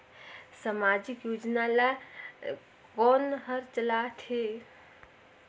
समाजिक योजना ला कोन हर चलाथ हे?